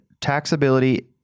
taxability